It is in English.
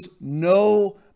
no